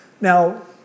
now